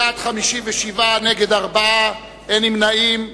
בעד, 57, נגד, 4, אין נמנעים.